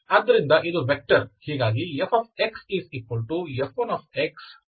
ಆದ್ದರಿಂದ ಇದು ವೆಕ್ಟರ್ ಹೀಗಾಗಿ FxF1xF2x ನಂತೆ ಬರೆಯಬೇಕು